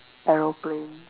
aeroplane